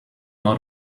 not